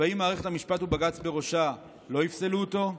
והאם מערכת המשפט ובג"ץ בראשה לא יפסלו אותו?